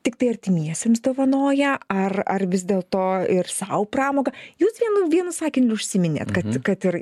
tiktai artimiesiems dovanoja ar ar vis dėlto ir sau pramogą jūs vienu vienu sakiniu užsiminėt kad kad ir